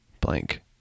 blank